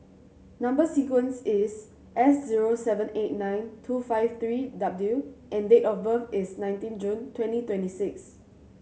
number sequence is S zero seven eight nine two five three W and date of birth is nineteen June twenty twenty six